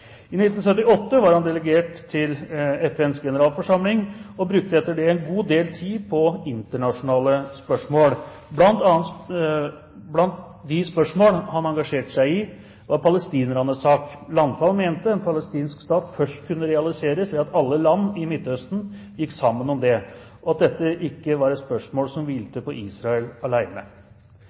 I 1978 var han delegert til FNs generalforsamling og brukte etter det en god del tid på internasjonale spørsmål. Blant de spørsmål han engasjerte seg i, var palestinernes sak. Landfald mente en palestinsk stat først kunne realiseres ved at alle land i Midt-Østen gikk sammen om dette, og at dette ikke var et spørsmål som hvilte på Israel